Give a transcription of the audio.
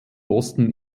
osten